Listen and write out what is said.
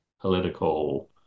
political